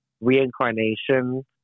reincarnation